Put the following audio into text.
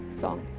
song